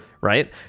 right